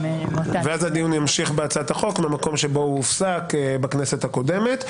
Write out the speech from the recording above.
ואז הדיון ימשיך בהצעת החוק מהמקום שבו הוא הופסק בכנסת הקודמת.